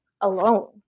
alone